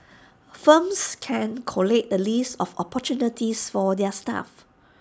firms can collate the list of opportunities for their staff